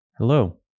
Hello